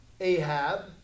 Ahab